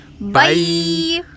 Bye